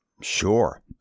Sure